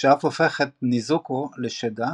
שאף הופך את נזוקו לשדה